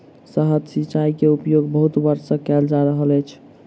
सतह सिचाई के उपयोग बहुत वर्ष सँ कयल जा रहल अछि